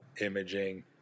imaging